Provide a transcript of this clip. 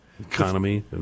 Economy